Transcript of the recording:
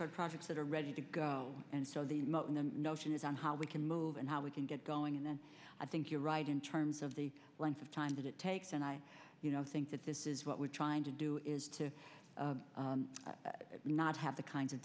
toward projects that are ready to go and so the notion that somehow we can move and how we can get going and then i think you're right in terms of the length of time that it takes and i think that this is what we're trying to do is to not have the kinds of